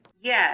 Yes